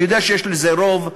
אני יודע שיש לזה רוב,